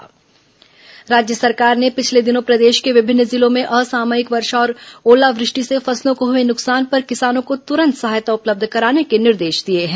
ओलावृष्टि किसान सहायता राज्य सरकार ने पिछले दिनों प्रदेश के विभिन्न जिलों में असामयिक वर्षा और ओलावृष्टि से फसलों को हुए नुकसान पर किसानों को तुरंत सहायता उपलब्ध कराने के निर्देश दिए हैं